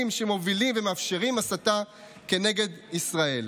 שמובילים ומאפשרים הסתה כנגד ישראל.